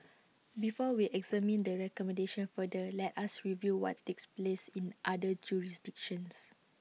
before we examine the recommendation further let us review what takes place in other jurisdictions